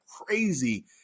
crazy